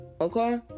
okay